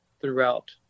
throughout